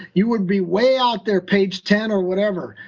you would be way out there, page ten or whatever.